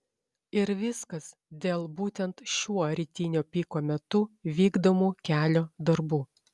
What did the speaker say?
ir viskas dėl būtent šiuo rytinio piko metu vykdomų kelio darbų